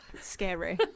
scary